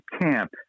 camp